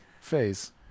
phase